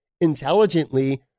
intelligently